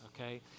Okay